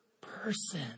person